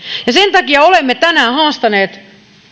ja sen takia olemme tänään haastaneet